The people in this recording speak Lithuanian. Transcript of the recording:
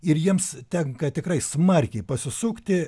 ir jiems tenka tikrai smarkiai pasisukti